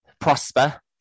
Prosper